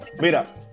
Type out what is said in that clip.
Mira